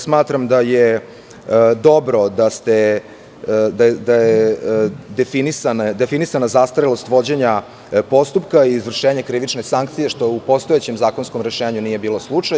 Smatram da je dobro da je definisana zastarelost vođenja postupka i izvršenja krivične sankcije, što u postojećem zakonskom rešenju nije bio slučaj.